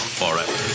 forever